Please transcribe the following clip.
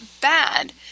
bad